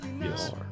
Yes